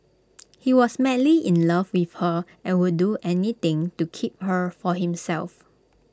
he was madly in love with her and would do anything to keep her for himself